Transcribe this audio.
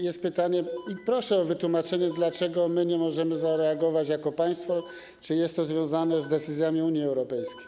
Stawiam pytanie i proszę o wytłumaczenie, dlaczego nie możemy zareagować jako państwo i czy jest to związane z decyzjami Unii Europejskiej.